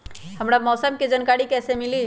हमरा मौसम के जानकारी कैसी मिली?